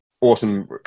awesome